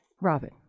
Robin